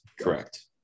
Correct